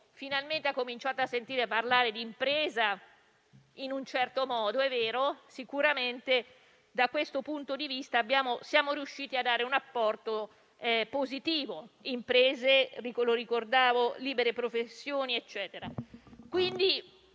finalmente ha cominciato a sentir parlare di impresa in un certo modo. Ciò è vero e sicuramente da questo punto di vista siamo riusciti a dare un apporto positivo: imprese, libere professioni e altro ancora.